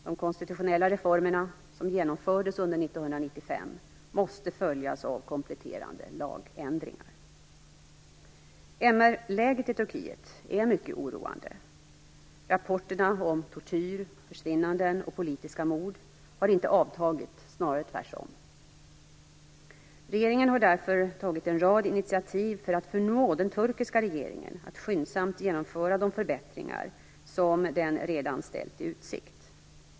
De konstitutionella reformerna, som genomfördes under 1995, måste följas av kompletterande lagändringar. MR-läget i Turkiet är mycket oroande. Rapporterna om tortyr, försvinnanden och politiska mord har inte avtagit, snarare tvärtom. Regeringen har därför tagit en rad initiativ för att förmå den turkiska regeringen att skyndsamt genomföra de förbättringar som den redan ställt i utsikt.